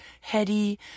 heady